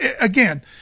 again